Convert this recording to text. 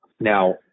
Now